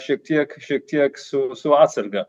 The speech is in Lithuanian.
šiek tiek šiek tiek su su atsarga